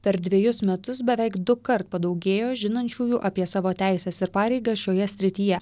per dvejus metus beveik dukart padaugėjo žinančiųjų apie savo teises ir pareigas šioje srityje